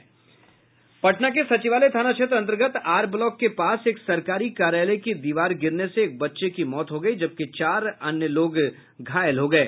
पटना के सचिवालय थाना क्षेत्र अन्तर्गत आर ब्लॉक के पास एक सरकारी कार्यालय की दीवार गिरने से एक बच्चे की मौत हो गयी जबकि चार अन्य लोग घायल हो गये